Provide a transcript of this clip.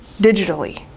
digitally